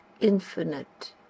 infinite